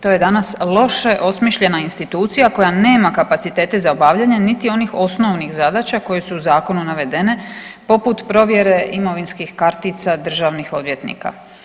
To je danas loše osmišljena institucija koja nema kapacitete za obavljanje niti onih osnovnih zadaća koje su u zakonu navedene poput provjere imovinskih kartica državnih odvjetnika.